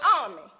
army